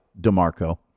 DeMarco